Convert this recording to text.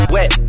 Wet